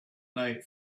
night